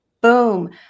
Boom